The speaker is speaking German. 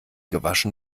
gewaschen